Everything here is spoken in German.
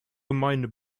gemeinde